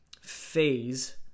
phase